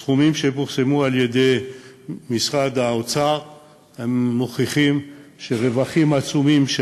הסכומים שפורסמו על-ידי משרד האוצר מוכיחים שרווחים עצומים של